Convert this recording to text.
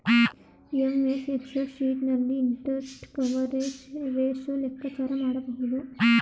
MS excel sheet ನಲ್ಲಿ interest coverage ratio ಲೆಕ್ಕಾಚಾರ ಮಾಡಬಹುದು